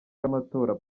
y’amatora